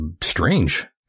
strange